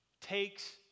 takes